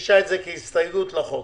תגיש את זה כהסתייגות לחוק